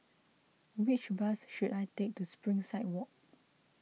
which bus should I take to Springside Walk